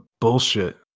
bullshit